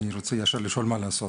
אני רוצה ישר לשאול מה לעשות.